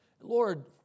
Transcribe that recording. Lord